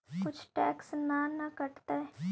कुछ टैक्स ना न कटतइ?